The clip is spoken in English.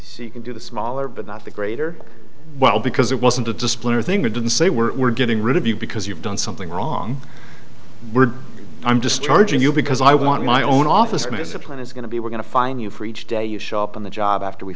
you can do the smaller but not the greater well because it wasn't a display or thing they didn't say we're we're getting rid of you because you've done something wrong we're i'm just charging you because i want my own office space a plan is going to be we're going to fine you for each day you shop on the job after we